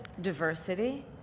diversity